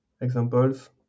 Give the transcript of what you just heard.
examples